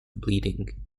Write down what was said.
bleeding